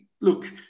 look